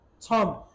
Tom